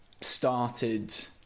started